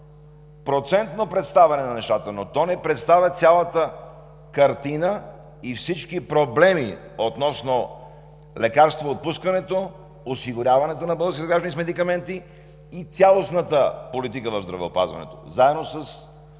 процентно представяне на нещата, но то не представя цялата картина и всички проблеми относно лекарствоотпускането, осигуряването на българските граждани с медикаменти и цялостната политика в здравеопазването, заедно с